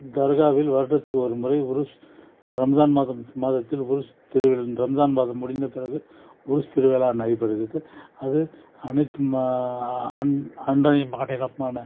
தர்காவில் வருடத்திற்கு ஒருமுறை உருஸ் ஒரு ரம்ஜான் மாதம் மாதத்தில் உருஸ் ரம்ஜான் முடிந்த பிறகு உருஸ் திருவிழா நடைபெறுகிறது அது அனைத்து ம அ அண்டை மாநிலமான